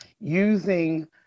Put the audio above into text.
using